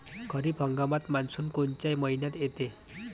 खरीप हंगामात मान्सून कोनच्या मइन्यात येते?